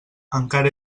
encara